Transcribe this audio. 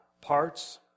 parts